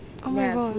oh my god